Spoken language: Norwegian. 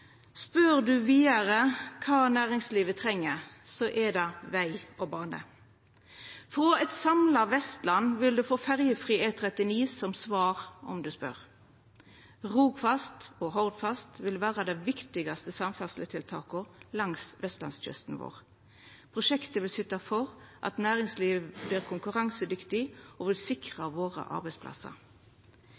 Spør ein vidare kva næringslivet treng, er det veg og bane. Frå eit samla Vestland vil ein få ferjefri E39 som svar om ein spør. Rogfast og Hordfast vil vera det viktigaste samferdsletiltaket langs vestlandskysten vår. Prosjektet vil syta for at næringslivet vert konkurransedyktig, og me sikrar arbeidsplassane våre.